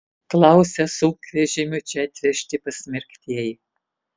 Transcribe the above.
klausia sunkvežimiu čia atvežti pasmerktieji